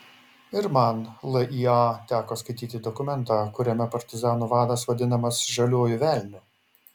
ir man lya teko skaityti dokumentą kuriame partizanų vadas vadinamas žaliuoju velniu